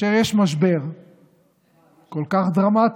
משבר כל כך דרמטי,